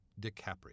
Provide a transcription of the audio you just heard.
DiCaprio